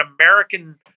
American